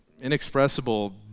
inexpressible